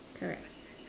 correct